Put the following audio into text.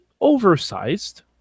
oversized